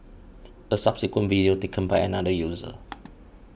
a subsequent video taken by another user